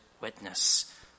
witness